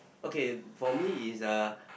okay for me is a